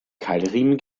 keilriemen